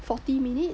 forty minutes